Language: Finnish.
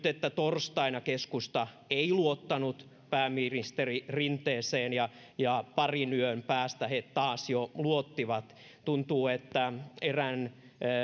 että torstaina keskusta ei luottanut pääministeri rinteeseen ja ja parin yön päästä he taas jo luottivat tuntuu että erään